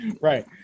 right